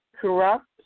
corrupt